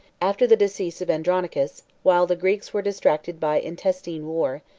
after the decease of andronicus, while the greeks were distracted by intestine war,